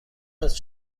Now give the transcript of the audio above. است